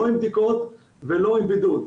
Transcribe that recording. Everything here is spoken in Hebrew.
לא עם בדיקות ולא עם בידוד.